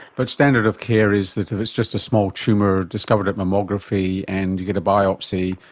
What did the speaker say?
but standard of care is that if it's just a small tumour discovered at mammography and you get a biopsy,